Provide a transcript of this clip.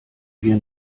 wir